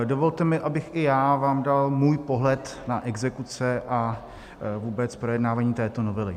Dovolte mi, abych i já vám dal můj pohled na exekuce a vůbec projednávání této novely.